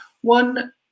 One